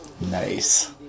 Nice